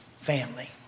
family